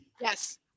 yes